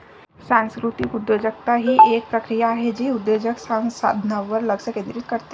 सांस्कृतिक उद्योजकता ही एक प्रक्रिया आहे जे उद्योजक संसाधनांवर लक्ष केंद्रित करते